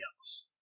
else